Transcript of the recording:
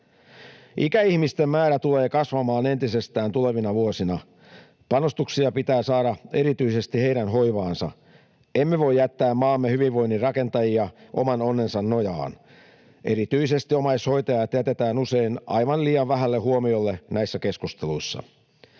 Ikäihmisten määrä tulee kasvamaan entisestään tulevina vuosina. Panostuksia pitää saada erityisesti heidän hoivaansa. Emme voi jättää maamme hyvinvoinnin rakentajia oman onnensa nojaan. Erityisesti omaishoitajat jätetään usein aivan liian vähälle huomiolle näissä keskusteluissa.